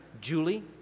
Julie